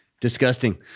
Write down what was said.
Disgusting